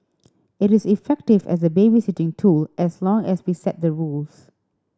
it is effective as a babysitting tool as long as we set the rules